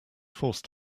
forced